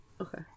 Okay